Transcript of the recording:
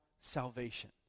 salvation